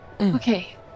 Okay